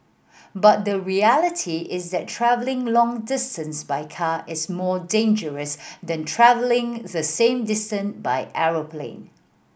but the reality is that travelling long distances by car is more dangerous than travelling the same distant by aeroplane